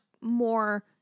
more